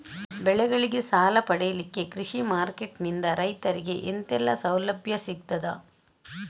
ಬೆಳೆಗಳಿಗೆ ಸಾಲ ಪಡಿಲಿಕ್ಕೆ ಕೃಷಿ ಮಾರ್ಕೆಟ್ ನಿಂದ ರೈತರಿಗೆ ಎಂತೆಲ್ಲ ಸೌಲಭ್ಯ ಸಿಗ್ತದ?